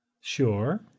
Sure